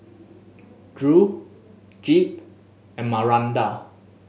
Drew Jep and Maranda